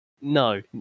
No